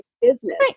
business